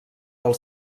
del